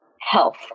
health